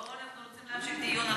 לא, אנחנו רוצים להמשיך דיון.